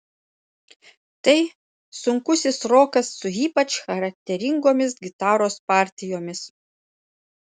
tai sunkusis rokas su ypač charakteringomis gitaros partijomis